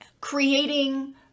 creating